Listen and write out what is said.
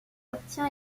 obtient